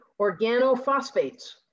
organophosphates